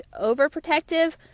overprotective